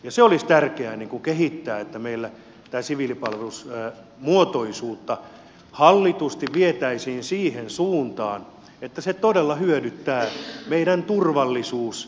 sitä olisi tärkeä kehittää että meillä siviilipalvelusmuotoisuutta hallitusti vietäisiin siihen suuntaan että se todella hyödyttää meidän turvallisuusasioitamme